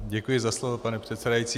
Děkuji za slovo, pane předsedající.